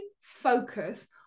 focus